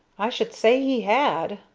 i should say he had!